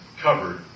covered